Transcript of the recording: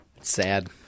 Sad